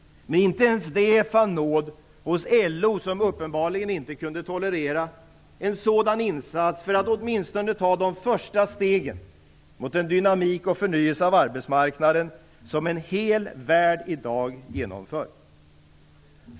Men inte ens det fann nåd hos LO. Man kunde uppenbarligen inte tolerera en sådan insats för att åtminstone ta de första steg mot en dynamik och en förnyelse på arbetsmarknaden som en hel värld i dag genomför.